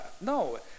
No